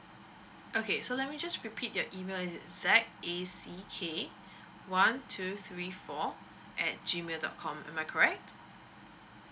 okay so let me just repeat your email is it z a c k one two three four at G mail dot com am I correct